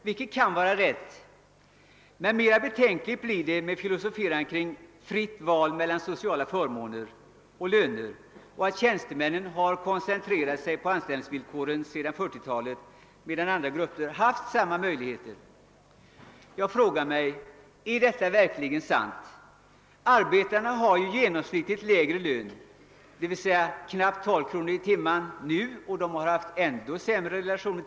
Detta kan vara riktigt, men reservanternas resonemang blir mera betänkligt med filosoferandet kring fritt val mellan sociala förmåner och löner och att tjänstemännen sedan 1940-talet har koncentrerat sig på anställningsvillkoren, något som även andra grupper haft möjligheter att göra. Jag frågar: Är detta verkligen sant. Arbetarna har ju genomsnittligt lägre lön, knappt 12 kr. per timme i genomsnitt — tidigare var relationen ännu sämre — mot 17 kr.